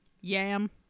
Yam